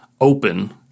open